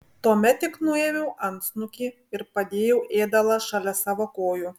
tuomet tik nuėmiau antsnukį ir padėjau ėdalą šalia savo kojų